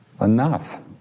Enough